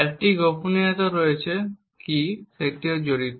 একটি গোপনীয়তা রয়েছে কী যেটিও জড়িত